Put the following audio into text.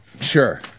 Sure